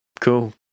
Cool